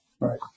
Right